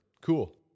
Cool